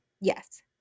Yes